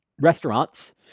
restaurants